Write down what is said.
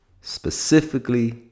Specifically